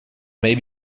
may